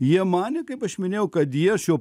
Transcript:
jie manė kaip aš minėjau kad jie šiuo